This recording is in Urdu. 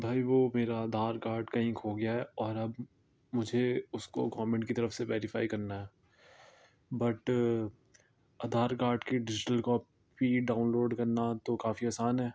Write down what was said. بھائی وہ میرا آدھار کارڈ کیںک ہو گیا ہے اور اب مجھے اس کو کامنٹ کی طرف سے ویریفائی کرنا ہے بٹ آدھار کارڈ کی ڈیجیٹل کاپی ڈاؤنلوڈ کرنا تو کافی آسان ہے